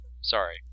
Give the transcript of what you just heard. sorry